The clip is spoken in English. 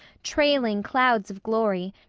trailing clouds of glory,